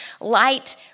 Light